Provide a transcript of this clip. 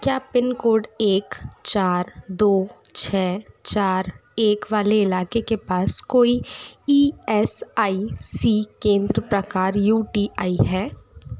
क्या पिनकोड एक चार दो छः चार एक वाले इलाके के पास कोई ई एस आई सी केंद्र प्रकार यू टी आई है